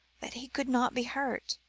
that he could not be hurt,